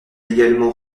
également